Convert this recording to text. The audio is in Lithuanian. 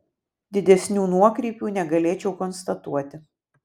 didesnių nuokrypių negalėčiau konstatuoti